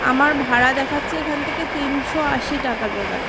আমার ভাড়া দেখাচ্ছে এখান থেকে তিনশো আশি টাকা দাদা